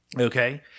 Okay